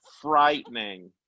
frightening